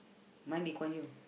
mine Lee Kuan Yew